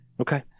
Okay